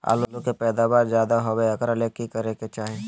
आलु के पैदावार ज्यादा होय एकरा ले की करे के चाही?